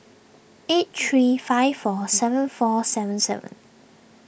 eight three five four seven four seven seven